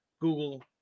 Google